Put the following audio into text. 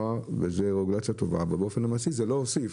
זו רגולציה טובה, אבל באופן מעשי זה לא הוסיף.